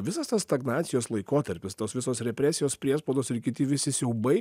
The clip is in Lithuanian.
visas tas stagnacijos laikotarpis tos visos represijos priespaudos ir kiti visi siaubai